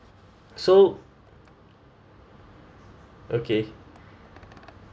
so okay